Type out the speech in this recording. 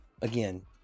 again